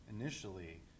initially